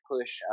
push